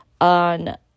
on